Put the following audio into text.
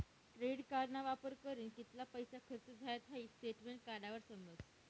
credit कार्डना वापर करीन कित्ला पैसा खर्च झायात हाई स्टेटमेंट काढावर समजस